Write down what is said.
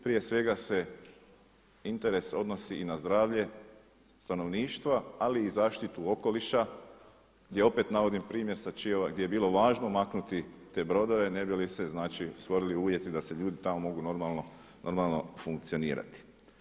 Prije svega se interes odnosi i na zdravlje stanovništva, ali i zaštitu okoliša gdje opet navodim primjer sa Čiova gdje je bilo važno maknuti te brodove ne bi li je znači stvorili uvjeti da ljudi mogu tamo normalno funkcionirati.